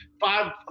five